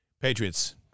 Patriots